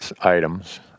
items